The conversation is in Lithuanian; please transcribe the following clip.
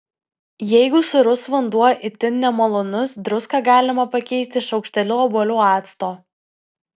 jeigu sūrus vanduo itin nemalonus druską galima pakeisti šaukšteliu obuolių acto